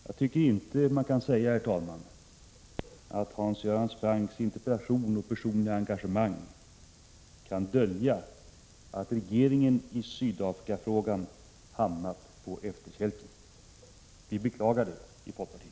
Jag tycker inte, herr talman, att man kan säga att Hans Göran Francks interpellation och personliga engagemang kan dölja att regeringen i Sydafrikafrågan hamnat på efterkälken. Vi beklagar det i folkpartiet.